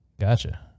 Gotcha